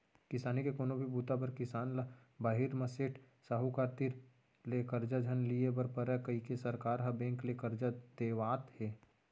किसानी के कोनो भी बूता बर किसान ल बाहिर म सेठ, साहूकार तीर ले करजा झन लिये बर परय कइके सरकार ह बेंक ले करजा देवात हे